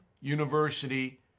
University